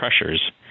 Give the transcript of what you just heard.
pressures